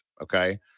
okay